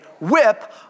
whip